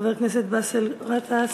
חבר הכנסת באסל גטאס.